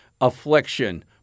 affliction